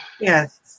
Yes